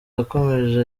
yakomeje